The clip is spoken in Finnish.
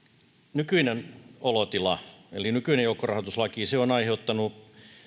nykyinen olotila eli nykyinen joukkorahoituslaki on aiheuttanut